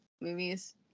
movies